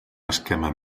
esquema